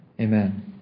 Amen